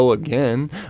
Again